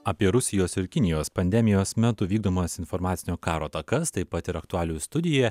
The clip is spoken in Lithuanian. apie rusijos ir kinijos pandemijos metu vykdomas informacinio karo atakas taip pat ir aktualijų studijoje